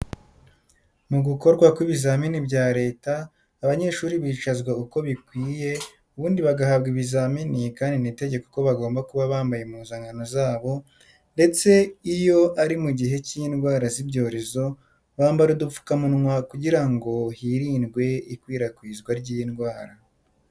Mu gukorwa kw'ibizamini bya leta, abanyeshuri bicazwa uko bikwiye ubundi bagahabwa ibizamini kandi ni itegeko ko bagomba kuba bambaye impuzankano zabo ndetse iyo ari mu gihe cy'indwara z'ibyorezo bambara udupfukamunwa kugira ngo hirindwe ikwirakwizwa ry'indwara.